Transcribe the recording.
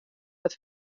wat